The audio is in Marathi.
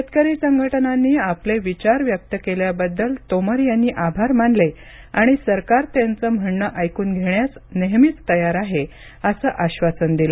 शेतकरी संघटनांनी आपले विचार व्यक्त केल्याबद्दल तोमर यांनी आभार मानले आणि सरकार नेहमीच त्यांचं म्हणण ऐकून घेण्यास तयार आहे असं आश्वासन दिलं